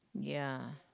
ya